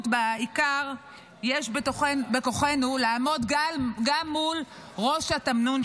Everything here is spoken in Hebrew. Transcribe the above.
בעיקר יש בכוחנו לעמוד גם מול ראש התמנון,